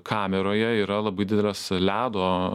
kameroje yra labai didelės ledo